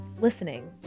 listening